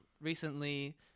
recently